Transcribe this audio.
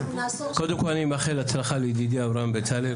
קודם כל אני מאחל הצלחה לידידי אברהם בצלאל,